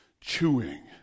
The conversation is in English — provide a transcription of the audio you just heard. chewing